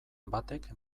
batek